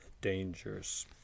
dangers